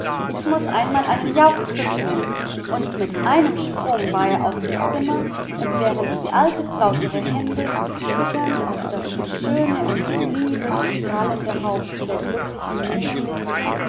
ich muß einmal einen juchzer tun und mit einem sprung war er aus dem zimmer und während die alte frau ihre hände zitternd auf das von liebe und schönheit strahlende haupt der glücklichen nume legte